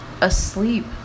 asleep